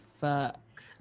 fuck